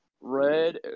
red